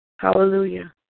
Hallelujah